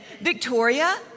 Victoria